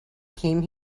came